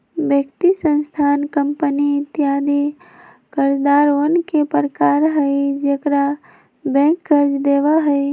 व्यक्ति, संस्थान, कंपनी इत्यादि कर्जदारवन के प्रकार हई जेकरा बैंक कर्ज देवा हई